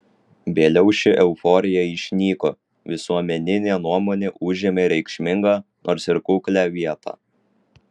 vėliau ši euforija išnyko visuomeninė nuomonė užėmė reikšmingą nors ir kuklią vietą